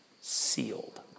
sealed